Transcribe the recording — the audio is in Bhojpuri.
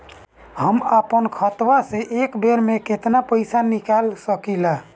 हम आपन खतवा से एक बेर मे केतना पईसा निकाल सकिला?